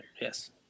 Yes